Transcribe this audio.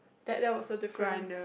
that that was so different